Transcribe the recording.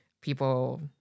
people